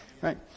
Right